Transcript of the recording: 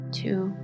two